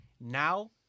Now